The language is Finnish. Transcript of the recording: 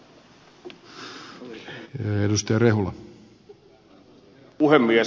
arvoisa puhemies